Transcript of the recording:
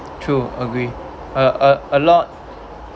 true agree a a lot